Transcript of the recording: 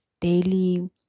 daily